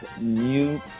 new